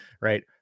right